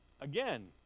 again